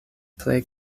plej